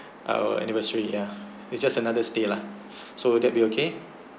our anniversary yeah it's just another stay lah so would that be okay